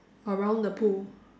around the pool